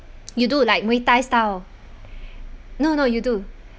you do like muay thai style no no you do